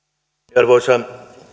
arvoisa